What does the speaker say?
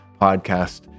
podcast